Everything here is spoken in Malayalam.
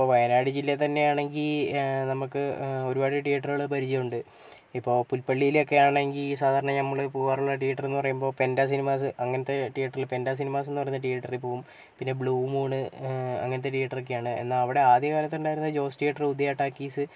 ഇപ്പോൾ വയനാട് ജില്ലയിൽ തന്നെയാണെങ്കിൽ നമുക്ക് ഒരുപാട് തിയേറ്ററുകൾ പരിചയം ഉണ്ട് ഇപ്പോൾ പുൽപ്പള്ളിലെയൊക്കെ ആണെങ്കിൽ സാധാരണ നമ്മൾ പോകാറുള്ള തിയേറ്റർ എന്ന് പറയുമ്പോൾ പെൻ്റാ സിനിമാസ് അങ്ങനത്തെ തിയേറ്ററിൽ പെൻ്റാ സിനിമാസ് എന്ന് പറഞ്ഞ തീയേറ്ററിൽ പോകും പിന്നെ ബ്ലൂ മൂൺ അങ്ങനത്തെ തിയേറ്റർ ഒക്കെയാണ് എന്നാൽ അവിടെ ആദ്യകാലത്ത് ഉണ്ടായിരുന്നത് ജോസ് തിയേറ്റർ ഉദയ ടാക്കീസ്